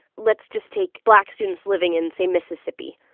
let's just take black students living in, say, mississippi.